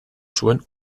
zuen